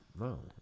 no